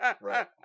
Right